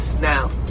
Now